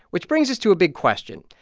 which brings us to a big question.